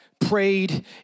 prayed